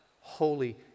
holy